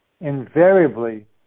invariably